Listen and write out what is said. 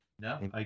No